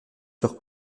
sur